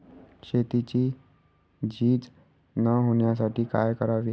शेतीची झीज न होण्यासाठी काय करावे?